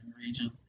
region